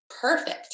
perfect